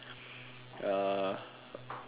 uh